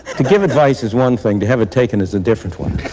to give advice is one thing. to have it taken is a different one.